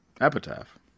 epitaph